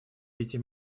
пяти